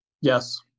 Yes